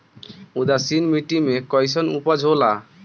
उदासीन मिट्टी में कईसन उपज होला?